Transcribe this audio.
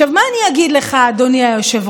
עכשיו מה אני אגיד לך, אדוני היושב-ראש?